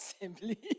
Assembly